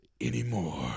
anymore